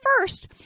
first